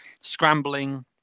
scrambling